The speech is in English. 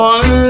One